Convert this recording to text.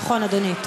אדוני, נכון.